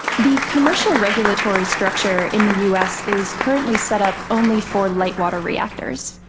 the commercial regulatory structure in the u s. is currently set up only for light water reactors.